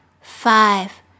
five